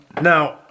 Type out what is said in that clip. Now